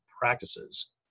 practices